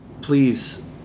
Please